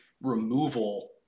removal